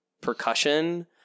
percussion